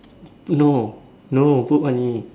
no no put money